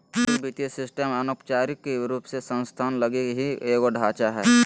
वैश्विक वित्तीय सिस्टम अनौपचारिक रूप से संस्थान लगी ही एगो ढांचा हय